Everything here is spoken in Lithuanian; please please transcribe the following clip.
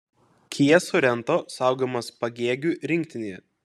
kia sorento saugomas pagėgių rinktinėje